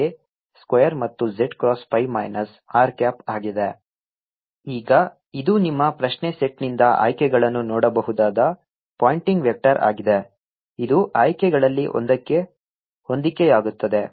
S10 EB E Q0e tRCa20 z S Q02e 2tRC2πRC a20 1s sa2 z S Q02e 2tRC2πRC a201s sa2 r ಈಗ ಇದು ನಿಮ್ಮ ಪ್ರಶ್ನೆ ಸೆಟ್ನಿಂದ ಆಯ್ಕೆಗಳನ್ನು ನೋಡಬಹುದಾದ ಪಾಯಿಂಟಿಂಗ್ ವೆಕ್ಟರ್ ಆಗಿದೆ ಇದು ಆಯ್ಕೆಗಳಲ್ಲಿ ಒಂದಕ್ಕೆ ಹೊಂದಿಕೆಯಾಗುತ್ತದೆ